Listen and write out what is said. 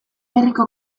berriko